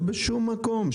לא בשום מקום,